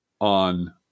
on